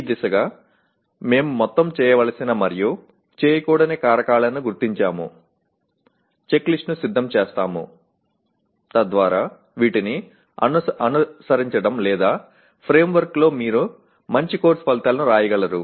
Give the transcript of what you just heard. ఈ దిశగా మేము మొత్తం చేయవలసిన మరియు యు చేయకూడని కారకాలను గుర్తించాము చెక్ లిస్ట్ ను సిద్ధం చేస్తాము తద్వారా వీటిని అనుసరించడం లేదా ఫ్రేంవర్క్ లో మీరు మంచి కోర్సు ఫలితాలను వ్రాయగలరు